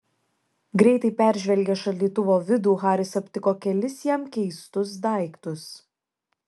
greitai peržvelgęs šaldytuvo vidų haris aptiko kelis jam keistus daiktus